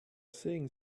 saying